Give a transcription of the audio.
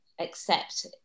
accept